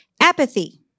Apathy